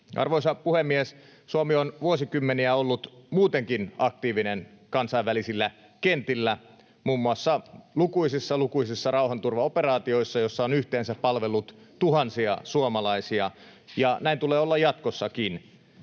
Arvoisa puhemies! Suomi on vuosikymmeniä ollut muutenkin aktiivinen kansainvälisillä kentillä, muun muassa lukuisissa, lukuisissa rauhanturvaoperaatioissa, joissa on yhteensä palvellut tuhansia suomalaisia, ja näin tulee olla jatkossakin.